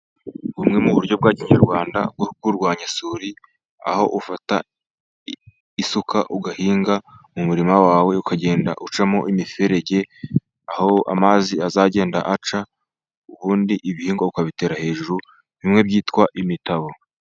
Bumwe mu buryo bwa kinyarwanda bwo kurwanya isuri, aho ufata isuka ugahinga mu murima wawe, ukagenda ucamo imiferege, aho amazi azagenda aca, ubundi ibihingwa ukabitera hejuru, bimwe byitwa imitabo.